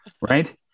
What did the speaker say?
right